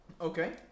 Okay